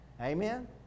Amen